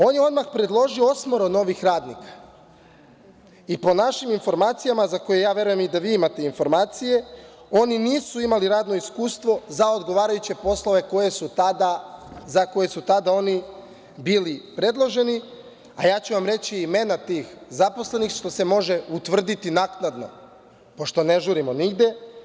On je odmah predložio osmoro novih radnika i po našim informacijama, za koje ja verujem da i vi imate informacije, oni nisu imali radno iskustvo za odgovarajuće poslove za koje su tada bili predloženi, a ja ću vam reći imena tih zaposlenih, što se može utvrditi naknadno, pošto ne žurimo nigde.